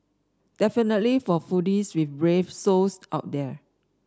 definitely for foodies with brave souls out there